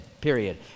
period